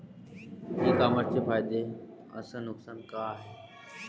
इ कामर्सचे फायदे अस नुकसान का हाये